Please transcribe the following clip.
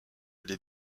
les